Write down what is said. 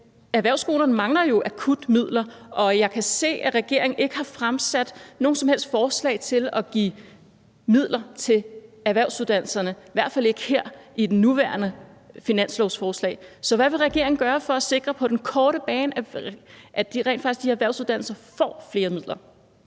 erhvervsskolerne mangler jo akut midler. Og jeg kan se, at regeringen ikke har fremsat nogen som helst forslag til at give midler til erhvervsuddannelserne, i hvert fald ikke i det nuværende finanslovsforslag. Så hvad vil regeringen gøre på den korte bane for at sikre, at de her erhvervsuddannelser rent faktisk får flere midler?